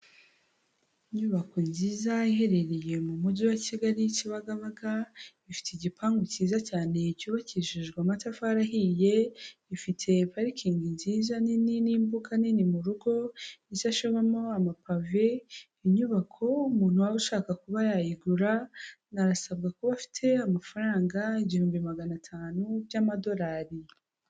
Inyubako nziza iherereye mu mujyi wa Kigali Kibagabaga, ifite igipangu cyiza cyane cyubakishijwe amatafari ahiye, ifite parikingi nziza nini n'imbuga nini mu rugo, isashemo amapave, inyubako umuntu waba ushaka kuba yayigura arasabwa kuba afite amafaranga igihumbi magana atanu by'amadorari.